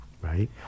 Right